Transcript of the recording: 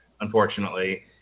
unfortunately